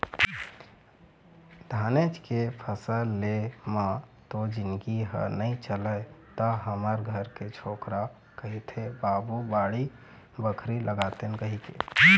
धानेच के फसल ले म तो जिनगी ह नइ चलय त हमर घर के छोकरा कहिथे बाबू बाड़ी बखरी लगातेन कहिके